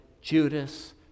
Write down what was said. Judas